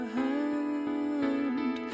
hand